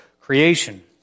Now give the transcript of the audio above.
creation